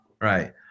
Right